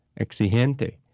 exigente